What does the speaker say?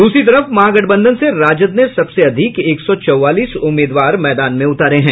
द्रसरी तरफ महागठबंधन से राजद ने सबसे अधिक एक सौ चौवालीस उम्मीदवार मैदान में उतारे हैं